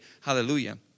Hallelujah